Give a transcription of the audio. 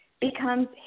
becomes